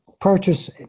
purchase